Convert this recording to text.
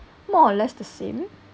more or less the same